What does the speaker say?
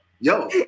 yo